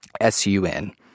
S-U-N